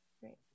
Great